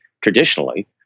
traditionally